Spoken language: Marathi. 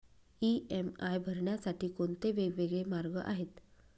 इ.एम.आय भरण्यासाठी कोणते वेगवेगळे मार्ग आहेत?